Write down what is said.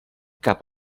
cap